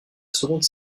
seconde